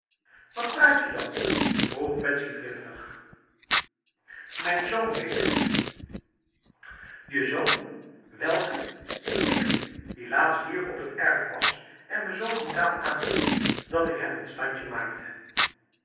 wat praat je dan vroeg betsy driftig mijn zoon weet hetf je zoon welke die dikke die laatst hier op het erf was en me zo brutaal aankeek dat ik hem een standje maakte